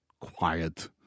quiet